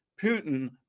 putin